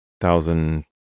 thousand